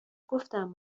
گفتم